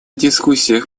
дискуссиях